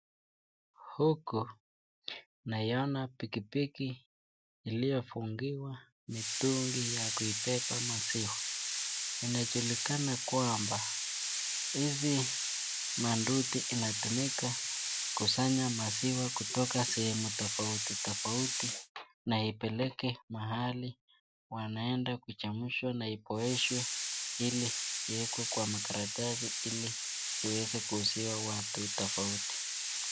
Huko. Naona pikipiki iliyofungiwa mitungi ya kubeba maziwa. na nduthi inatumika kusanya maziwa kutoka sehemu tofauti tofauti na ipeleke mahali wanaenda kuchamshwa na ipoeshwe ili iwekwe kwa makaratasi ili ziweze kuuziwa watu tofauti.